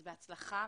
אז בהצלחה.